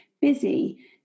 busy